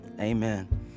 Amen